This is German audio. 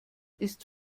ist